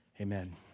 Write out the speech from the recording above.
Amen